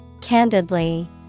Candidly